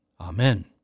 Amen